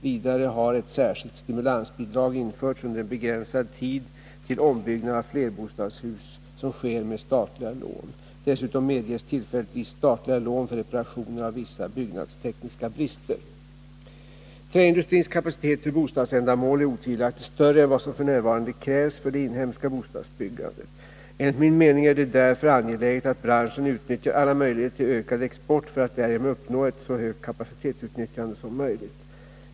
Vidare har ett särskilt stimulansbidrag införts under en begränsad tid till ombyggnad av flerbostadshus som sker med statliga lån. Dessutom medges tillfälligtvis statliga lån för reparationer av vissa byggnadstekniska brister. Träindustrins kapacitet för bostadsändamål är otvivelaktigt större än vad som f. n. krävs för det inhemska bostadsbyggandet. Enligt min mening är det därför angeläget att branschen utnyttjar alla möjligheter till ökad export, för att därigenom uppnå ett så högt kapacitetsutnyttjande som möjligt.